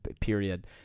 period